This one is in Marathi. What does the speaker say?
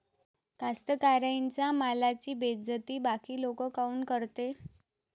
कास्तकाराइच्या मालाची बेइज्जती बाकी लोक काऊन करते?